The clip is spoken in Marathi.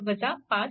33 V